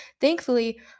Thankfully